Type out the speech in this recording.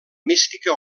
mística